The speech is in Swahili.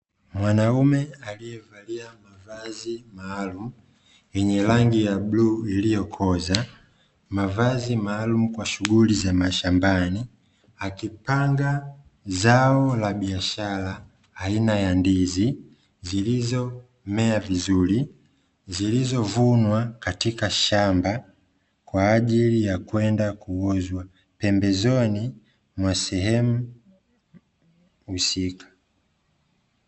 Mwanaume alievalia mavazi maalumu yenye rangi ya bluu iliyokoza, mavazi maalumu kwa shughuli za mashambani akipanga zao la biashara aina ya ndizi zilizomea vzuri, zilizovunwa katika shamba kwa ajili ya kwenda kuuzwa pembezoni mwa sehemu husika.